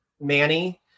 Manny